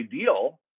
ideal